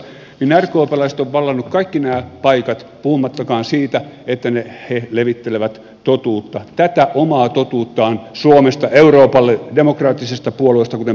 rkpläiset ovat vallanneet kaikki nämä paikat puhumattakaan siitä että he levittelevät totuutta tätä omaa totuuttaan suomesta euroopalle demokraattisesta puolueesta kuten perussuomalaiset